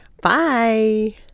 Bye